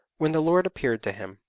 when the lord appeared to him.